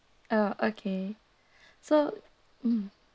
uh okay so mm